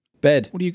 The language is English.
Bed